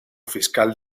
fiscal